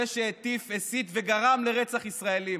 זה שהטיף, הסית וגרם לרצח ישראלים.